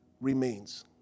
remains